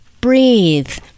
breathe